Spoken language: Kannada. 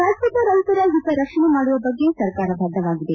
ರಾಜ್ಯದ ರೈತರ ಹಿತರಕ್ಷಣೆ ಮಾಡುವ ಬಗ್ಗೆ ಸರ್ಕಾರ ಬಧ್ಯವಾಗಿದೆ